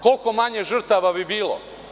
Koliko manje žrtava bi bilo?